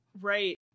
Right